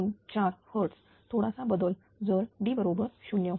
024 hertz थोडासा बदल जर D बरोबर 0